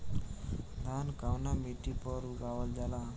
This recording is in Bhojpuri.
धान कवना मिट्टी पर उगावल जाला?